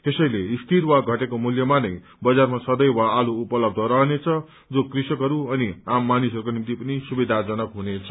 यसैले स्थिर वा घटेको मूल्यमा नै बजारमा सदैव आलू उपलब्ध रहनेछ जो कृषकहरू अनि आम मानिसहरूको निम्ति पनि सुवियाजनक हुनेछ